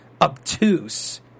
obtuse